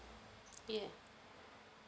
yeah